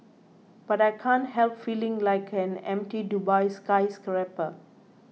but I can't help feeling like an empty Dubai skyscraper